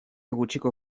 gutxiko